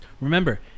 Remember